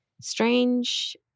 strange